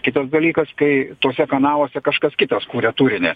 kitas dalykas kai tuose kanaluose kažkas kitas kuria turinį